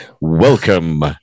Welcome